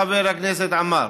חבר הכנסת עמאר.